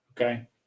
Okay